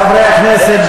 חברי הכנסת,